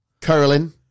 Curling